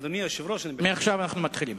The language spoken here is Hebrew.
מעכשיו אנחנו מתחילים.